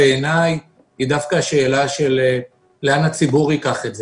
בעיניי היא דווקא השאלה לאן הציבור ייקח את זה.